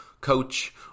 coach